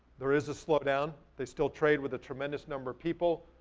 there is a slow down. they still trade with a tremendous number of people,